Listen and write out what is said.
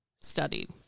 studied